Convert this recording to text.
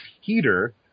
heater